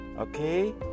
okay